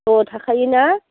औ थाखायो ना